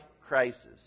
crisis